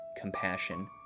compassion